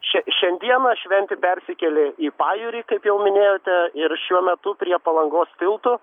šia šiandieną šventė persikėlė į pajūrį kaip jau minėjote ir šiuo metu prie palangos tilto